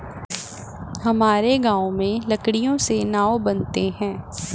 हमारे गांव में लकड़ियों से नाव बनते हैं